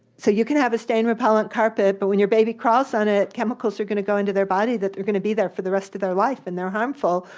so you can have a stain repellent carpet, but when your baby crawls on it, chemicals are going to go into their body that they're going to be there for the rest of their life, and they're harmful,